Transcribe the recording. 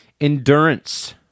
endurance